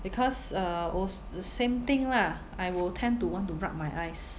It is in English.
because uh als~ same thing lah I will tend to want to rub my eyes